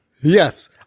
Yes